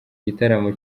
gitaramo